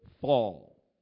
fall